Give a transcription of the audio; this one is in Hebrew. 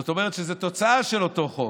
זאת אומרת, זו תוצאה של אותו חוק.